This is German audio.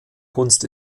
kunst